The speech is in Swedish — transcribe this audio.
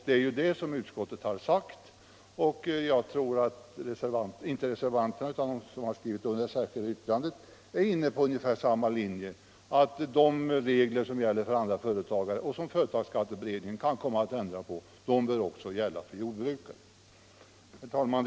Det är ju det som utskottet har sagt, och jag tror att de som skrivit urider det särskilda yttrandet är inne på ungefär samma linje, nämligen att de regler som gäller för andra företagare och som företagsskatteberedningen kan komma att ändra på också bör gälla för jordbrukare. Herr talman!